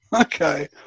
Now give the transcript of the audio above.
Okay